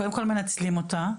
קודם כל מנצלים אותה,